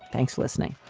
thanks. listening